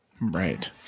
Right